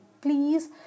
please